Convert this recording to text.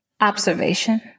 Observation